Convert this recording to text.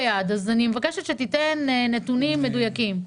ולכן אני מבקשת שתיתן נתונים מדויקים.